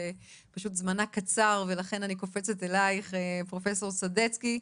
שפשוט זמנה קצר ולכן אני קופצת אלייך פרופסור סדצקי.